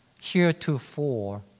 heretofore